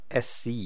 SC